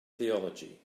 theology